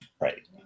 Right